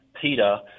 Peter